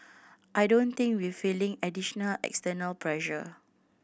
I don't think we've feeling additional external pressure